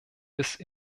ist